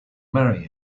marry